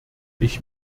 ich